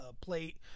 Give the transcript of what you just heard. plate